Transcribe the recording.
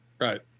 Right